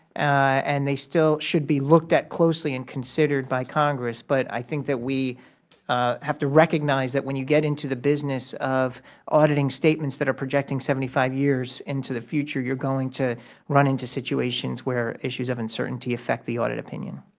and they still should be looked at closely and considered by congress. but i think that we have to recognize that when you get into the business of auditing statements that are projecting seventy five years into the future, you are going to run into situations where issues of uncertainty affect the audit opinion.